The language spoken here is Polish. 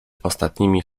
ostatnimi